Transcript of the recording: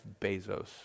Bezos